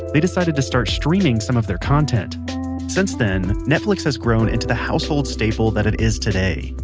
they decided to start streaming some of their content since then, netflix has grown into the household staple that it is today.